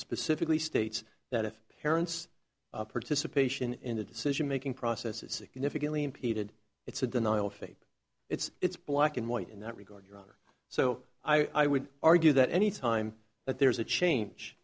specifically states that if parents participation in the decision making process is significantly impeded it's a denial of faith it's black and white in that regard your honor so i would argue that any time that there's a change